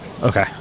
Okay